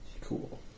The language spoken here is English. Cool